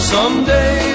Someday